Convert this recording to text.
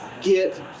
get